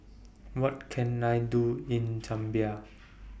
What Can I Do in Zambia